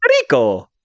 Rico